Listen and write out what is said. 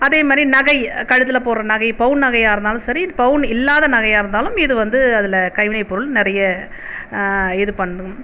அதே மாதிரி நகை கழுத்தில் போடுகிற நகை பவுன் நகையாக இருந்தாலும் சரி பவுன் இல்லாத நகையாக இருந்தாலும் இது வந்து அதில் கைவினை பொருள் நிறைய இது பண்ணும்